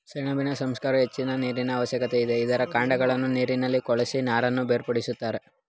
ಸೆಣಬಿನ ಸಂಸ್ಕರಣೆಗೆ ಹೆಚ್ಚಿನ ನೀರಿನ ಅವಶ್ಯಕತೆ ಇದೆ, ಇದರ ಕಾಂಡಗಳನ್ನು ನೀರಿನಲ್ಲಿ ಕೊಳೆಸಿ ನಾರನ್ನು ಬೇರ್ಪಡಿಸುತ್ತಾರೆ